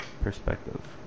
perspective